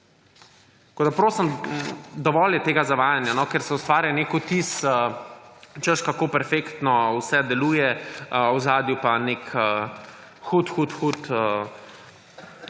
Tako prosim, dovolj je tega zavajanja, no. Ker se ustvarja nek vtis, češ kako perfektno vse deluje, v ozadju pa nek hud hud hud